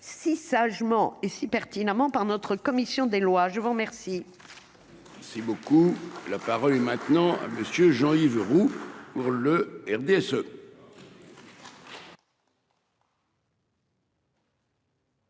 si sagement et si pertinemment par notre commission des lois, je vous remercie. Si beaucoup la parole est maintenant monsieur Jean-Yves Roux pour le RDS.